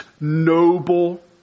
noble